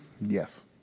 Yes